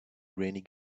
granny